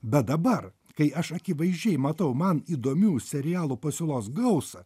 bet dabar kai aš akivaizdžiai matau man įdomių serialų pasiūlos gausą